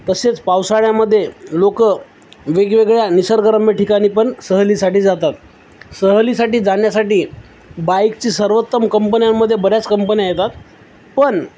तसेच पावसाळ्यामध्ये लोकं वेगवेगळ्या निसर्गरम्य ठिकाणीपण सहलीसाठी जातात सहलीसाठी जाण्यासाठी बाईकची सर्वोत्तम कंपन्यांमध्ये बऱ्याच कंपन्या येतात पण